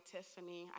Tiffany